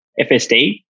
FSD